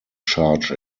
charge